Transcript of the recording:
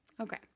Okay